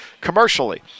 commercially